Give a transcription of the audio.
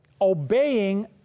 obeying